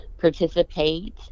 participate